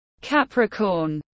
Capricorn